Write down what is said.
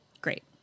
Great